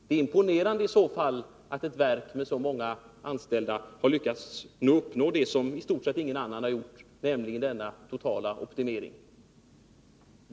Det är i så fall imponerande, att ett verk med så många anställda har lyckats uppnå det som i stort sett ingen annan har uppnått, nämligen denna totala optimering.